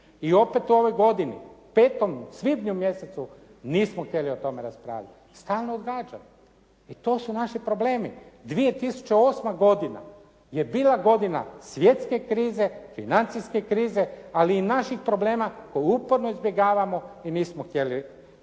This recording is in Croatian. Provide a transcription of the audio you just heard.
I opet u ovoj godini petom svibnju mjesecu nismo htjeli o tome raspravljati. Stalno odgađamo i to su naši problemi. 2008. godina je bila godina svjetske krize, financijske krize ali i naših problema koji uporno izbjegavamo i nismo htjeli